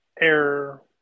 error